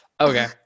Okay